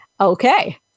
Okay